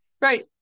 right